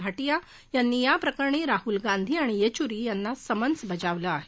भार्षिया यांनी या प्रकरणी राहुल गांधी आणि येच्चुरी यांना समन्स बजावलं आहे